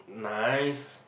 nice